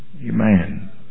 Amen